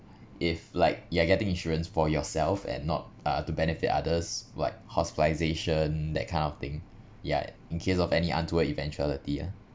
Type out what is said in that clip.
if like you are getting insurance for yourself and not uh to benefit others like hospitalisation that kind of thing ya in case of any untoward eventuality ah